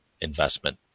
investment